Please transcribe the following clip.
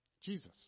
Jesus